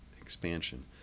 expansion